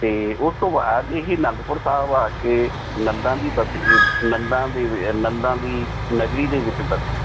ਅਤੇ ਉਸ ਤੋਂ ਬਾਅਦ ਇਹ ਆਨੰਦਪੁਰ ਸਾਹਿਬ ਆ ਕੇ ਨੰਦਾ ਦੀ ਬਸ ਨੰਦਾ ਦੀ ਵ ਨੰਦਾ ਦੀ ਨਗਰੀ ਦੇ ਵਿੱਚ ਵਸੇ